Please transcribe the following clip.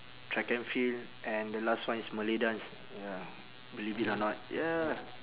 track and field and the last one is malay dance ya believe it or not ya